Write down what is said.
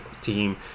team